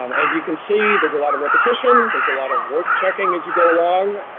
um as you can see there's a lot of repetition, there's a lot of work checking as you go along.